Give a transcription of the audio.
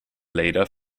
leader